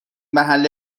محل